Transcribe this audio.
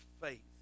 faith